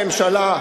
אם הממשלה,